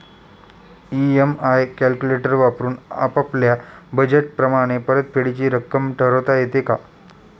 EMI calculator वापरून आपापल्या budget प्रमाणे परतफेडीची रक्कम ठरवता येते का?